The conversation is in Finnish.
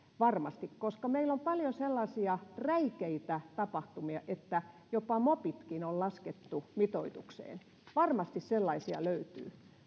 varmasti koska meillä on paljon sellaisia räikeitä tapahtumia että jopa mopitkin on laskettu mitoitukseen varmasti sellaisia löytyy